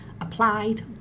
Applied